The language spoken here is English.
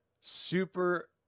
Super